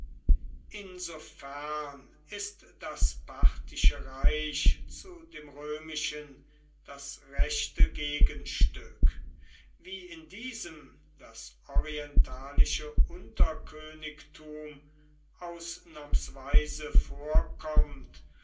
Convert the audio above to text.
insofern ist das parthische reich zu dem römischen das rechte gegenstück wie in diesem das orientalische unterkönigtum ausnahmsweise vorkommt